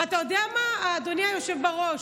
ואתה יודע מה, אדוני היושב-ראש,